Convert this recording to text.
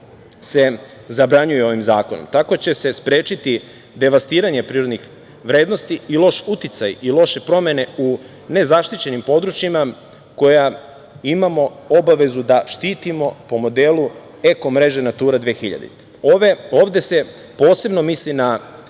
se zabranjuju ovim zakonom. Tako će se sprečiti devastiranje prirodnih vrednosti i loš uticaj i loše promene u nezaštićenim područjima, koja imamo obavezu da štitimo po modelu – eko mreže Natura 2000.Ovde se posebno misli na